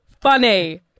funny